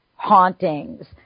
hauntings